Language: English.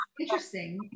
interesting